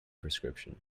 prescription